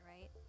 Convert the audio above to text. right